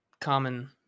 common